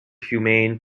humane